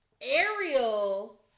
Ariel